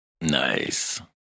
Nice